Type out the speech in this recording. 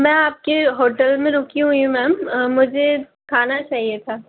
मैं आप के होटेल में रुकी हुई हूँ मैम मुझे खाना चाहिए था